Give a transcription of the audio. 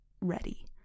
ready